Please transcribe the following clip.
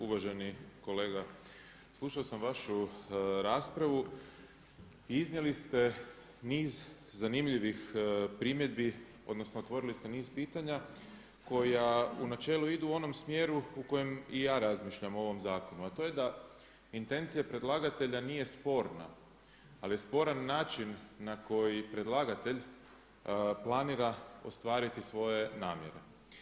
Uvaženi kolega slušao sam vašu raspravu i iznijeli ste niz zanimljivih primjedbi odnosno otvorili ste niz pitanja koja u načelu idu u onom smjeru u kojem i ja razmišljam o ovom zakonu, a to je da intencija predlagatelja nije sporna ali je sporan način na koji predlagatelj planira ostvariti svoje namjere.